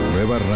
Nueva